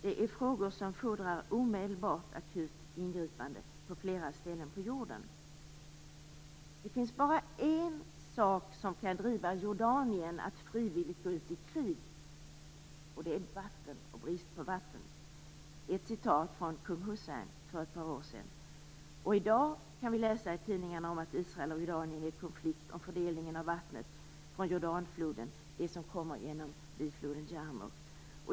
Det är frågor som fordrar omedelbart akut ingripande på flera ställen på jorden. Det finns bara en sak som kan driva Jordanien att frivilligt gå ut i krig, och det är vatten och brist på vatten. Det sade kung Hussein för ett par år sedan. I dag kan vi läsa i tidningarna om att Israel och Jordanien är i konflikt om fördelningen av vattnet från Jordanfloden, det som kommer genom bifloden Yarmuk.